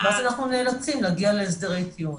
ואז אנחנו נאלצים להגיע להסדרי טיעון.